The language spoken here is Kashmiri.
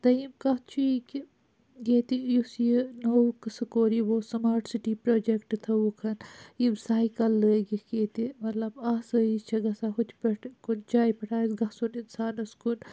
تہٕ دوٚیِم کَتھ چھِ یہِ کہِ ییٚتہِ یُس یہِ نوٚو قٕسسم کوٚر یِمو سُماٹ سِٹی پرٛوجیکٹ تھوٚوُک یِم سایکَل لٲگِکھ ییٚتہِ مَطلَب آسٲیِش چھِ گَژھان ہُتہِ پیٚٹھٕ کُنہِ جایہِ پیٚٹھ گَژھُن اِنسانَس کُن